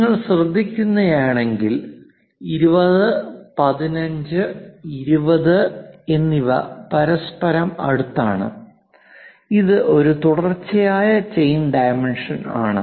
നിങ്ങൾ ശ്രദ്ധിക്കുകയാണെങ്കിൽ 20 15 20 എന്നിവ പരസ്പരം അടുത്താണ് ഇത് ഒരു തുടർച്ചയായ ചെയിൻ ഡൈമെൻഷൻ ആണ്